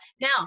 Now